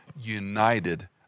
united